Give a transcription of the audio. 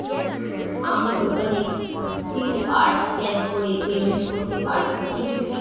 আমি দোকানে QR scan করে পেমেন্ট করতে পারবো কি?